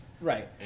Right